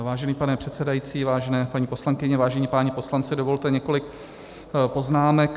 Vážený pane předsedající, vážené paní poslankyně, vážení páni poslanci, dovolte několik poznámek.